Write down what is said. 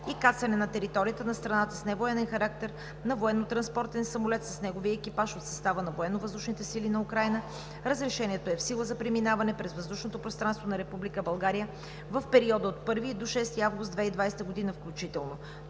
и кацане на територията на страната с невоенен характер на военнотранспортен самолет с неговия екипаж от състава на Военновъздушните сили на Украйна. Разрешението е в сила за преминаване през въздушното пространство на Република България, в периода от 1 до 6 август 2020 г., включително